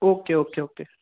okay okay okay